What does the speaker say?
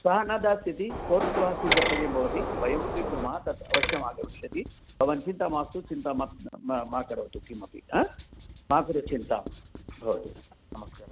सः न दास्यति कोर्ट् द्वारा स्वीकर्तव्यं भवति वयं स्वीकुर्मः तत् अवश्यम् आगमिष्यति भवान् चिन्ता मास्तु चिन्तां मा करोतु किमपि मा कुरु चिन्ता भवतु नमस्कारः